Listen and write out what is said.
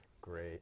Great